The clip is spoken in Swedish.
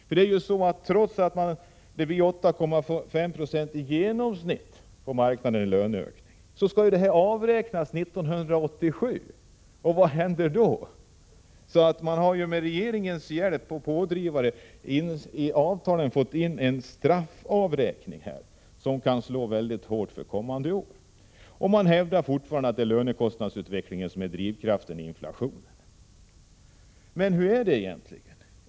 Löneökningarna blev visserligen 8,5 76 i genomsnitt, men detta skall avräknas 1987. Vad händer då? Man har med regeringens hjälp och med regeringen som pådrivare i avtalen fått in en straffavräkning, som kan komma att slå väldigt hårt under kommande år. Men man hävdar fortfarande att det är lönekostnadsutvecklingen som är drivkraften för inflationen. Men hur är det egentligen?